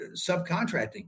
subcontracting